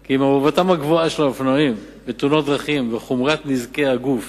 כי מעורבותם הגבוהה של אופנוענים בתאונות דרכים וחומרת נזקי הגוף